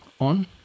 on